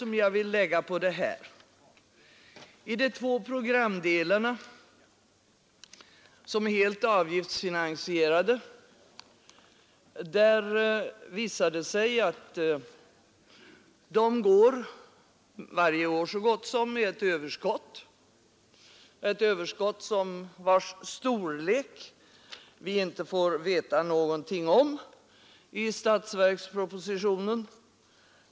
När det gäller de två programdelarna som är helt avgiftsfinansierade visar det sig att de så gott som varje år går med ett överskott, vars storlek vi inte får veta någonting om i statsverkspropositionen.